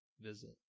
visit